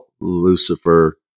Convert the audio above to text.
Lucifer